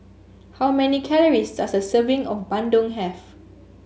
how many calories does a serving of Bandung have